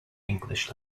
english